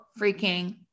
freaking